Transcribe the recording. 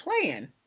playing